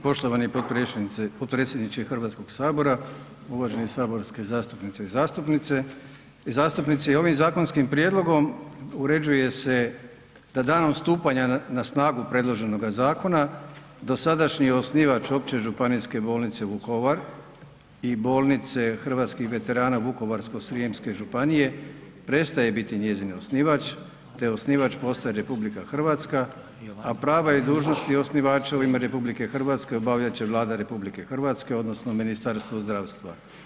Poštovani podpredsjedniče Hrvatskog sabora, uvaženi saborski zastupnice i zastupnici, … ovim zakonskim prijedlogom uređuje se da danom stupanja na snagu predloženoga zakona dosadašnji osnivač Opće županijske bolnice Vukovar i Bolnice hrvatskih veterana Vukovarsko-srijemske županije prestaje biti njezin osnivač te osnivač postaje RH, a prava i dužnosti osnivača u ime RH obavljat će Vlada RH odnosno Ministarstvo zdravstva.